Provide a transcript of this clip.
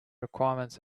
requirements